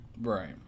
Right